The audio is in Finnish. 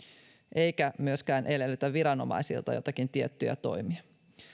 eikä myöskään edellytä viranomaisilta joitakin tiettyjä toimia